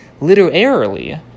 Literarily